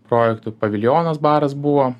projektų paviljonas baras buvo